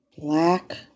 Black